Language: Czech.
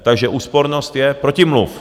Takže úspornost je protimluv.